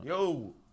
yo